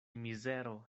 mizero